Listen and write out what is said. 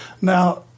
now